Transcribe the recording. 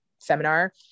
seminar